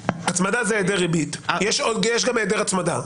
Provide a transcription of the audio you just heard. יש גם היעדר הצמדה.